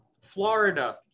florida